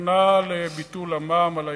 נכנע לביטול המע"מ על הירקות.